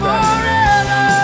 Forever